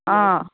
आं